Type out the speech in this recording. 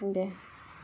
दे